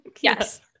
Yes